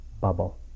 bubble